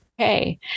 okay